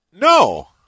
No